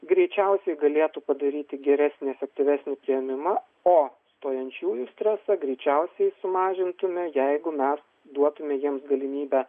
greičiausiai galėtų padaryti geresnį efektyvesnį priėmimą o stojančiųjų stresą greičiausiai sumažintume jeigu mes duotume jiems galimybę